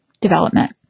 development